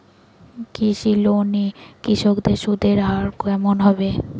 কৃষি লোন এ কৃষকদের সুদের হার কেমন হবে?